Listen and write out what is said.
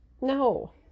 no